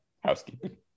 housekeeping